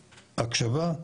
הקשבה,